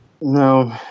No